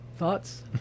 thoughts